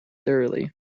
thoroughly